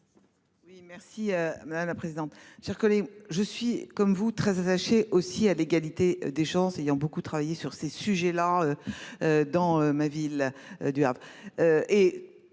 merci madame la présidente, circuler, je suis comme vous, très attaché aussi à l'égalité des chances ayant beaucoup travaillé sur ces sujets-là. Dans ma ville du Havre.